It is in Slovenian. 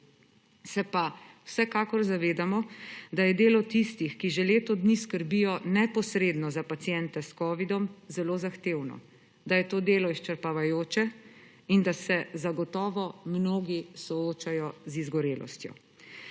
Se pa vsekakor zavedamo, da je delo tistih, ki že leto dni skrbijo neposredno za paciente s covidom, zelo zahtevno, da je to delo izčrpavajoče in da se zagotovo mnogi soočajo z izgorelostjo.